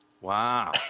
Wow